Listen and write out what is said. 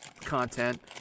content